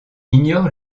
ignore